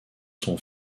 son